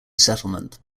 settlement